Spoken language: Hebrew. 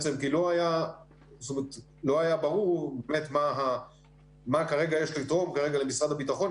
לא היה ברור מה כרגע יש לתרום למשרד הביטחון,